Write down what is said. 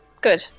Good